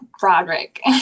Broderick